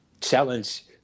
challenge